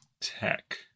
tech